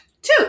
Two